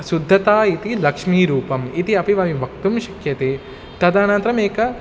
शुद्धता इति लक्ष्मीरूपम् इति अपि वयं वक्तुं शक्यते तदनन्तरम् एकम्